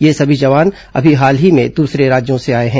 ये सभी जवान अभी हाल ही में दूसरे राज्यों से आए हैं